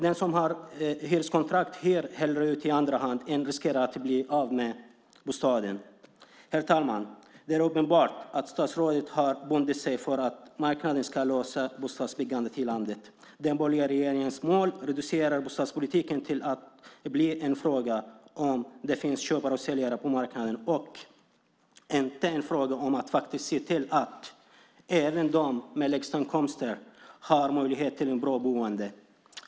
De som har hyreskontrakt hyr hellre ut i andra hand än riskerar att bli av med bostaden. Herr talman! Det är uppenbart att statsrådet har bundit sig för att marknaden ska lösa bostadsbyggandet i landet. Den borgerliga regeringens mål reducerar bostadspolitiken till att bli en fråga om det finns köpare och säljare på marknaden och inte en fråga om att faktiskt se till att även de med lägst inkomster har möjlighet till ett bra boende.